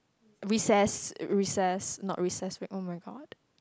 recess recess not recess week oh-my-god